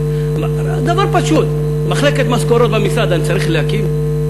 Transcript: דבר פשוט, מחלקת משכורות במשרד אני צריך להקים?